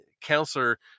counselor